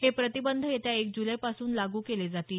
हे प्रतिबंध येत्या एक जुलै पासून लागू केले जातील